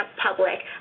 public